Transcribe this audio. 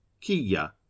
kia